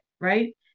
right